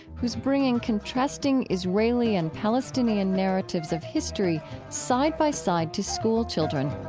who's bringing contrasting israeli and palestinian narratives of history side by side to schoolchildren